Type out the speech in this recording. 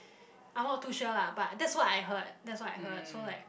I'm not too sure lah but that's what I heard that's what I heard so like